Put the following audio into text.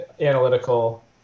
analytical